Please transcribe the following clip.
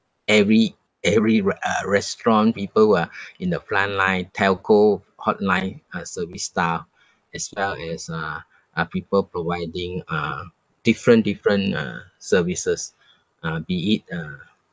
every every re~ uh restaurant people who are in the frontline telco hotline uh service staff as well as uh uh people providing uh different different uh services uh be it uh